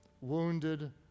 wounded